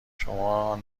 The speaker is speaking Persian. شما